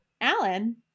alan